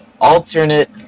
Alternate